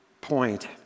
point